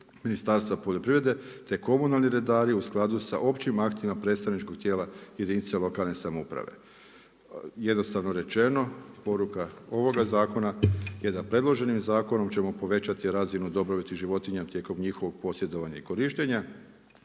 Ministarstvo poljoprivrede, te komunalni redari u skladu sa općim aktima predstavničkog tijela jedinica lokalne samouprave. Jednostavno rečeno, poruka ovoga zakona je da priloženim zakonom ćemo povećati razinu dobrobiti životinja tijekom njihovog posjedovanja i korištenja.